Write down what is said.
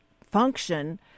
function